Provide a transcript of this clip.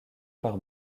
par